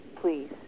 Please